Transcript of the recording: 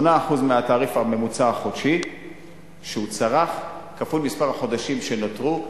8% מהתעריף הממוצע החודשי שהוא צרך כפול מספר החודשים שנותרו,